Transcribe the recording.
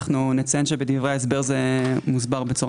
אנחנו נציין שבדברי ההסבר זה מוסבר בצורה